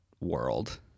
world